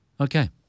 Okay